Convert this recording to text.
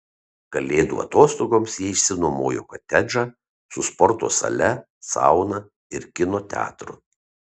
kalėdų atostogoms jie išsinuomojo kotedžą su sporto sale sauna ir kino teatru